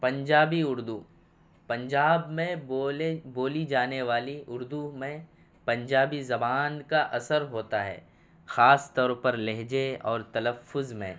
پنجابی اردو پنجاب میں بولے بولی جانے والی اردو میں پنجابی زبان کا اثر ہوتا ہے خاص طور پر لہجے اور تلفظ میں